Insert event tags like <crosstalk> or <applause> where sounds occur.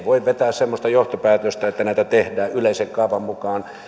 <unintelligible> voi vetää semmoista johtopäätöstä että näitä tehdään yleisen kaavan mukaan